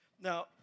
Now